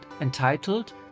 entitled